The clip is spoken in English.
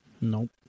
Nope